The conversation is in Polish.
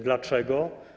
Dlaczego?